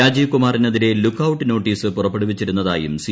രാജിവ്കുമാറിനെതിരെ ലൂക്ക്ഔട്ട്ട്ന്റെട്ടീസ് പുറപ്പെടുവിച്ചിരുന്നതായും സി